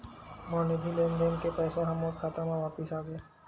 मोर निधि लेन देन के पैसा हा मोर खाता मा वापिस आ गे